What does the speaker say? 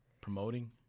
promoting